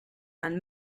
and